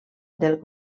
del